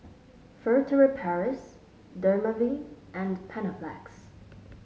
Furtere Paris Dermaveen and Panaflex